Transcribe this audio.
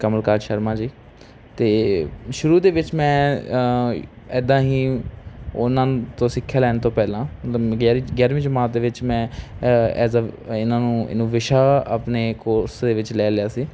ਕਮਲ ਕਾਂਤ ਸ਼ਰਮਾ ਜੀ ਅਤੇ ਸ਼ੁਰੂ ਦੇ ਵਿੱਚ ਮੈਂ ਇੱਦਾਂ ਹੀ ਉਨ੍ਹਾਂ ਤੋਂ ਸਿੱਖਿਆ ਲੈਣ ਤੋਂ ਪਹਿਲਾਂ ਮਤਲਬ ਮ ਗਿਆਰੀ ਗਿਆਰਵੀਂ ਜਮਾਤ ਦੇ ਵਿੱਚ ਮੈਂ ਐ ਐਜ ਅ ਇਨ੍ਹਾਂ ਨੂੰ ਇਹਨੂੰ ਵਿਸ਼ਾ ਆਪਣੇ ਕੋਰਸ ਦੇ ਵਿੱਚ ਲੈ ਲਿਆ ਸੀ